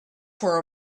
for